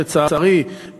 לצערי,